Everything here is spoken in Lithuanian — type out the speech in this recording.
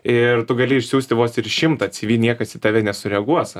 ir tu gali išsiųsti vos ir šimtą ci vi niekas į tave nesureaguos